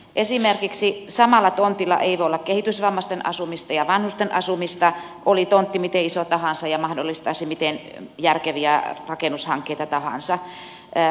esimerkiksi samalla tontilla ei voi olla kehitysvammaisten asumista ja vanhusten asumista oli tontti miten iso tahansa ja mahdollistaisi miten järkeviä rakennushankkeita tahansa